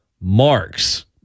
marks